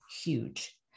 huge